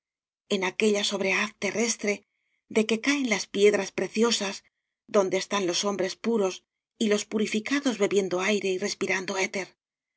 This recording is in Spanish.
en aquella sobrehaz terrestre de que caen las piedras preciosas donde están los hombres puros y los purificados bebiendo aire y respirando éter